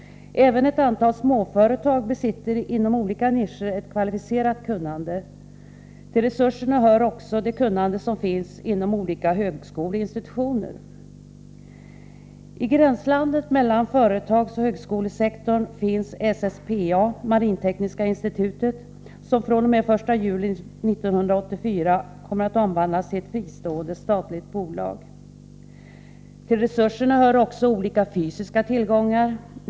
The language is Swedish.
Även ett antal småföretag besitter inom olika nischer ett kvalificerat kunnande. Till resurserna hör också det kunnande som finns inom olika högskoleinstitutioner. I gränslandet mellan företagsoch högskolesektorn finns SSPA — Marin = Nr 134 tekniska institutet — som fr.o.m. den 1 juli 1984 omvandlas till ett fristående Till resurserna hör också olika fysiska tillgångar.